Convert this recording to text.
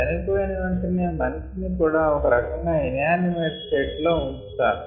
చనిపోయిన వెంటనే మనిషి ని కూడా ఒకరకంగా ఇనానిమేట్ స్టేట్ లో ఉంచుతారు